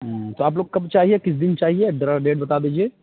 تو آپ لوگ کو کب چاہیے کس دِن چاہیے ڈرا ڈیٹ بتا دیجیے